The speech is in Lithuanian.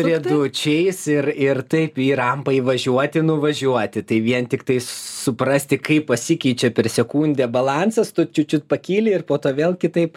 riedučiais ir ir taip į rampą įvažiuoti nuvažiuoti tai vien tiktai suprasti kaip pasikeičia per sekundę balansas tu čiut čiut pakyli ir po to vėl kitaip